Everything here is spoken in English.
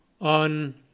on